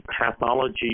pathology